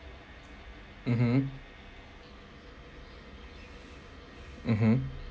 mmhmm mmhmm